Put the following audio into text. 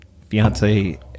fiance